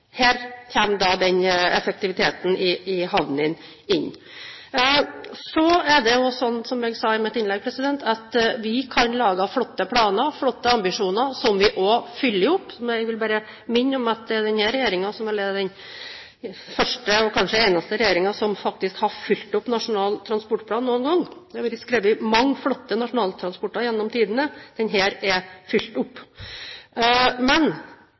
Her kommer effektiviteten i havnene inn. Så er det sånn, som jeg sa i mitt innlegg, at vi kan lage flotte planer og ha flotte ambisjoner, som vi også oppfyller. Jeg vil bare minne om at denne regjeringen er den første og eneste som faktisk har oppfylt Nasjonal transportplan noen gang. Det har blitt skrevet mange flotte nasjonale transportplaner gjennom tidene, men denne er oppfylt. Men